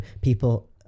people